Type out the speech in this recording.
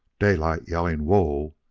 daylight, yelling whoa!